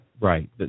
Right